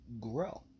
grow